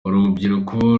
urubyiruko